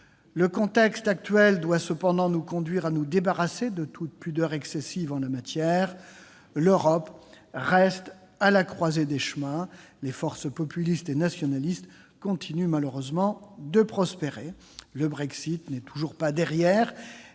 Le contexte actuel doit cependant nous conduire à nous débarrasser de toute pudeur excessive en la matière. L'Europe reste à la croisée des chemins, les forces populistes et nationalistes continuent malheureusement de prospérer et le Brexit n'est toujours pas derrière